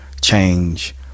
change